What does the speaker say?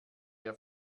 ihr